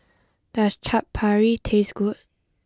does Chaat Papri taste good